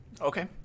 Okay